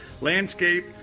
landscape